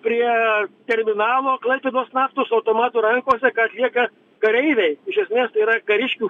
prie terminalo klaipėdos naftos su automatu rankose ką atlieka kareiviai iš esmės tai yra kariškių